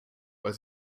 weil